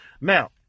Now